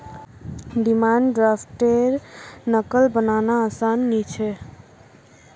demand द्रफ्टर नक़ल बनाना आसान नि छे